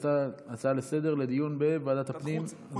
ההצעה לסדר-היום לדיון בוועדת הפנים.